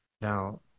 Now